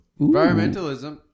Environmentalism